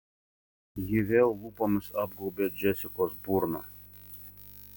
ji vėl lūpomis apgaubė džesikos burną